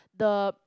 the